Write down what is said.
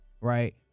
right